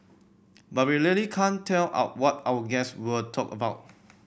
but we really can't tell out what our guests will talk about